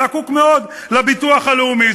זקוק מאוד לביטוח הלאומי,